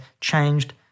changed